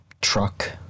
Truck